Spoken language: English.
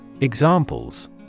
Examples